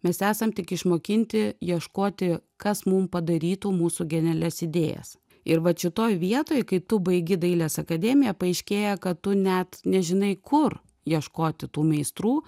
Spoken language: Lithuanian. mes esam tik išmokinti ieškoti kas mum padarytų mūsų genialias idėjas ir vat šitoj vietoj kai tu baigi dailės akademiją paaiškėja kad tu net nežinai kur ieškoti tų meistrų